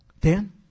Dan